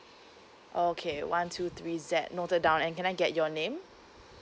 okay one two three Z noted down and can I get your name